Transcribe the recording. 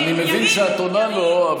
לא, אני עונה לו.